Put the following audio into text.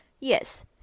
Yes